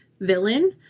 villain